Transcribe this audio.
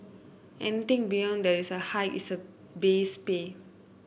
anything beyond that is a hike in the base pay